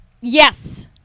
Yes